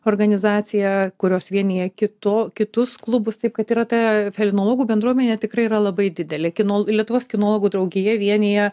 organizacija kurios vienija kito kitus klubus taip kad yra ta felinologų bendruomenė tikrai yra labai didelė kino lietuvos kinologų draugija vienija